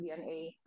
DNA